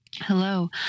Hello